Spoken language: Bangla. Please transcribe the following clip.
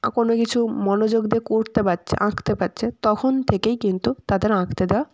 আ কোনো কিছু মনযোগ দিয়ে করতে পারছে আঁকতে পারছে তখন থেকেই কিন্তু তাদের আঁকতে দেওয়া